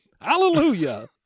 hallelujah